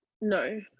No